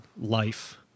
life